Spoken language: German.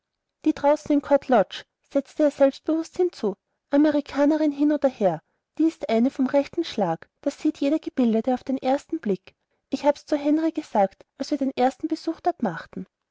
die draußen in court lodge setzte er selbstbewußt hinzu amerikanerin hin oder her die ist eine vom rechten schlag das sieht jeder gebildete auf den ersten blick ich hab's zu henry gesagt als wir den ersten besuch dort machten